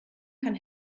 kann